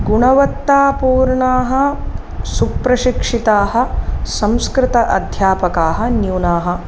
गुणवत्तापूर्णाः सुप्रशिक्षिताः संस्कृत अध्यापकाः न्यूनाः